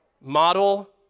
model